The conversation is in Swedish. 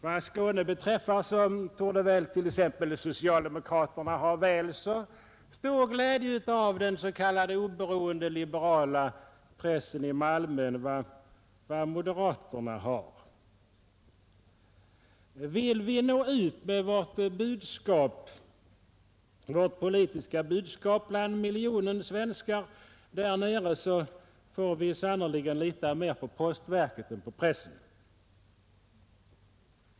Vad Skåne beträffar torde väl t.ex. socialdemokraterna ha väl så stor glädje av den s.k. oberoende liberala pressen i Malmö som vad moderaterna har. Vill vi nå ut med vårt politiska budskap bland miljonen svenskar där nere, får vi sannerligen lita mera på postverket än på pressen.